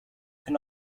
can